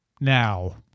Now